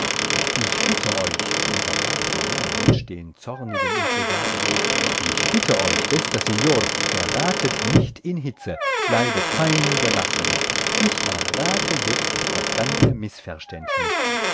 ich bitte euch unterbrach der junge mensch den zornigen impresario ich bitte euch bester signor geratet nicht in hitze bleibet fein gelassen ich errate jetzt das ganze mißverständnis